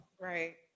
Right